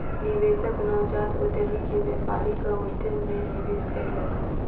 निवेशक नवजात उद्यमी के व्यापारिक उद्यम मे निवेश कयलक